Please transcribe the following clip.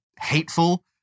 hateful